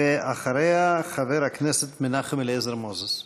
ואחריה, חבר הכנסת מנחם אליעזר מוזס.